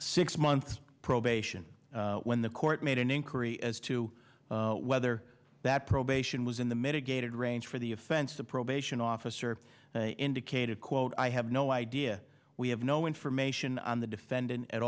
six months probation when the court made an inquiry as to whether that probation was in the mitigated range for the offense a probation officer indicated quote i have no idea we have no information on the defendant at